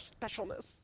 specialness